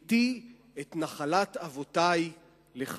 מתתי את נחלת אבותי לך"